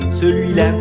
Celui-là